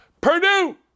Purdue